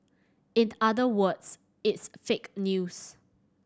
in other words it's fake news